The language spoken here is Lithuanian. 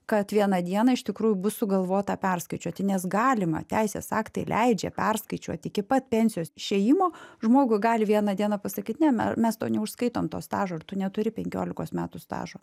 kad vieną dieną iš tikrųjų bus sugalvota perskaičiuoti nes galima teisės aktai leidžia perskaičiuoti iki pat pensijos išėjimo žmogui gali vieną dieną pasakyt ne me mes to neužskaitom to stažo ir tu neturi penkiolikos metų stažo